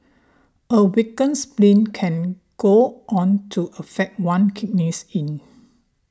a weakened spleen can go on to affect one kidneys yin